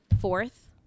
fourth